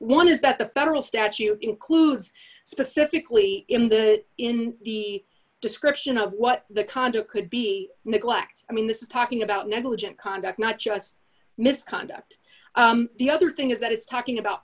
is that the federal statute includes specifically in that in the description of what the conduct could be neglect i mean this is talking about negligent conduct not just misconduct the other thing is that it's talking about